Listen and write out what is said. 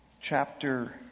chapter